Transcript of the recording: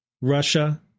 Russia